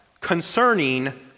concerning